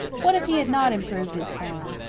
what if he had not improved his farm?